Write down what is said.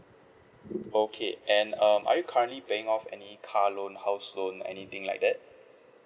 okay and um are you currently paying of any car loan house loan anything like that